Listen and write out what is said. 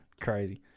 Crazy